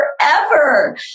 forever